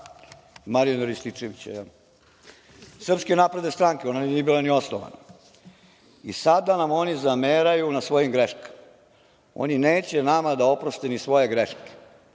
Marijana Rističevića, jel, SNS? Ona nije bila ni osnovana. I sada nam oni zameraju na svojim greškama. Oni neće nama da oproste ni svoje greške.